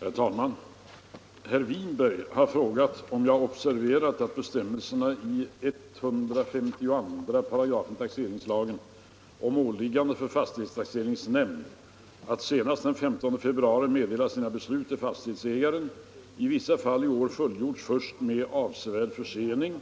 Herr talman! Herr Winberg har frågat mig om jag observerat att bestämmelserna i 152 3 taxeringslagen om åliggande för fastighetstaxeringsnämnd att senast den 15 februari meddela sina beslut till fastighetsägaren i vissa fall i år fullgjorts först med avsevärd försening